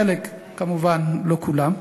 חלק, כמובן, לא כולם.